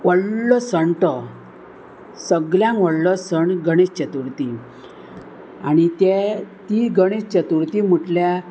व्हडलो सण तो सगळ्यांक व्हडलो सण गणेश चतुर्थी आणी तें ती गणेश चतुर्ती म्हटल्यार